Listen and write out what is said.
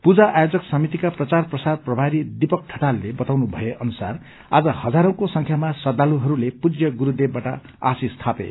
पूजा आयोजक समितिका प्रचार प्रसार प्रभारी दिपक ठटालले बताउनु भए अनुसार आज हजारौंको संख्यामा श्रद्धालुहरूले पूज्य गुरूदेवबाट आशिष थापे